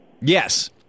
Yes